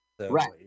Right